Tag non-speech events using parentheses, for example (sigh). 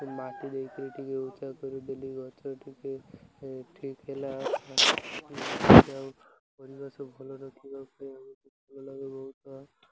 ମାଟି ଦେଇକିରି ଟିକେ ଓଦା କରିଦେଲି ଗଛ ଟିକେ ଠିକ୍ ହେଲା ପରିବେଶ ଭଲ ରଖିବା ପାଇଁ (unintelligible)